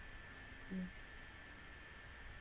mm